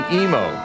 emo